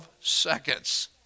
seconds